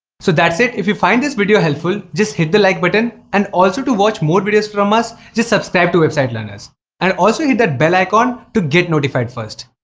so that's it! if you find this video helpful just hit the like button and also to watch more videos from us just subscribe to website learners and also hit that bell icon to get notified first!